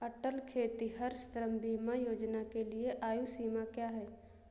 अटल खेतिहर श्रम बीमा योजना के लिए आयु सीमा क्या है?